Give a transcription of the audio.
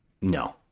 no